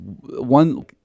one